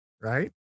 right